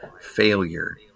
failure